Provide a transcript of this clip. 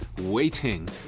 Waiting